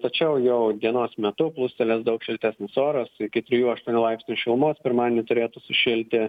tačiau jau dienos metu plūstelės daug šiltesnis oras iki trijų aštuonių laipsnių šilumos pirmadienį turėtų sušilti